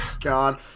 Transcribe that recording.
God